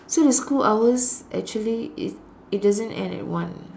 so the school hours actually it it doesn't end at one